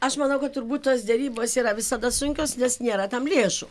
aš manau kad turbūt tos derybos yra visada sunkios nes nėra tam lėšų